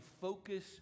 focus